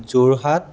Jorhat